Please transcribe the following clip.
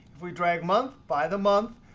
if we drag month, by the month.